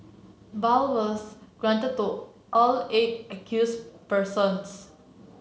bail was granted to all eight accused persons